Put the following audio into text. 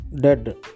dead